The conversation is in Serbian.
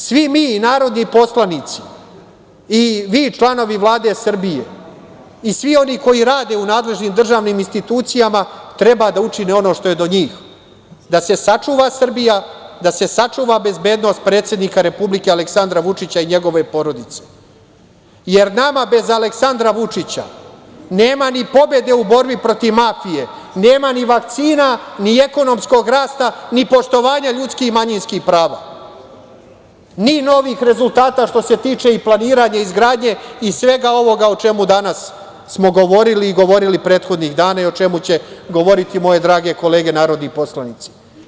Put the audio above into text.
Svi mi narodni poslanici i vi, članovi Vlade Srbije, i svi oni koji rade u nadležnim državnim institucijama treba da učine ono što je do njih, da se sačuva Srbija, da se sačuva bezbednost predsednika Republike Aleksandra Vučića i njegove porodice, jer nama bez Aleksandra Vučića nema ni pobede u borbi protiv mafije, nema ni vakcina, ni ekonomskog rasta, ni poštovanja ljudskih i manjinskih prava, ni novih rezultata što se tiče i planiranja i izgradnje i svega ovoga o čemu smo danas govorili i govorili prethodnih dana i o čemu će govoriti moje drage kolege narodni poslanici.